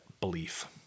belief